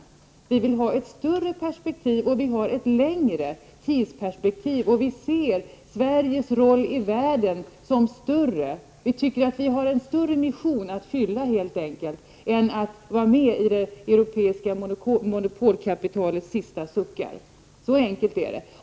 Vi vill ha ett större perspektiv och ett längre tidsperspektiv. Vi ser Sveriges roll i världen som större. Vi tycker att vi helt enkelt har en större mission att fylla än att vara med i det europeiska monopolkapitalets sista suckar. Så enkelt är det.